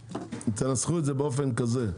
תנסחו את זה באופן כזה,